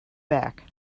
back